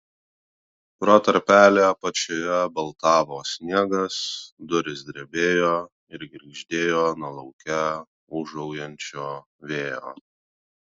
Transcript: pro tarpelį apačioje baltavo sniegas durys drebėjo ir girgždėjo nuo lauke ūžaujančio vėjo